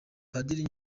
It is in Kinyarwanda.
padiri